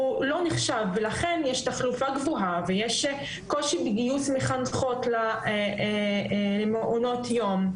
לא נחשב ולכן יש תחלופה גבוהה ויש קושי בגיוס מחנכות למעונות יום.